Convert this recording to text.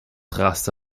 raste